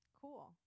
Cool